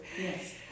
Yes